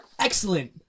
Excellent